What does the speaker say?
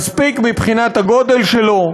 מספיק מבחינת הגודל שלו,